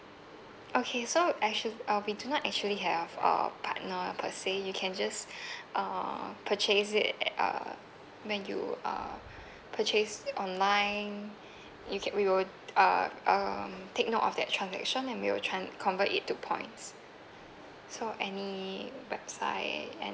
okay so actually uh we do not actually have uh partner per se you can just uh purchase it at uh when you uh purchase online you can we will uh um take note of that transaction and we will try convert it to points so any website a~